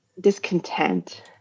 discontent